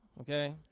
okay